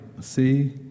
see